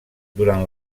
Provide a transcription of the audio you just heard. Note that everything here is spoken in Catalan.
durant